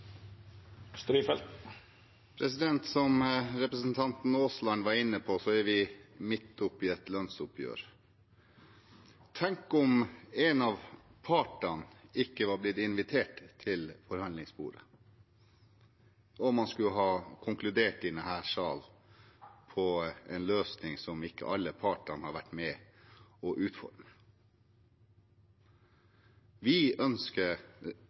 er vi midt oppe i et lønnsoppgjør. Tenk om en av partene ikke var blitt invitert til forhandlingsbordet og man hadde konkludert i denne salen med en løsning som ikke alle partene hadde vært med på å utforme. Vi ønsker